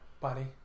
Buddy